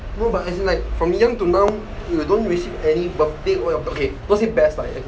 no but as in like from young to now you don't receive any birthday oh okay not say best lah